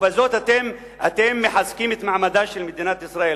ובזאת אתם מחזקים את מעמדה של מדינת ישראל.